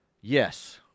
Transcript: Yes